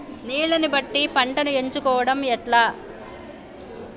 నీళ్లని బట్టి పంటను ఎంచుకోవడం ఎట్లా?